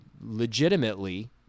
legitimately